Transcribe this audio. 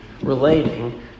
relating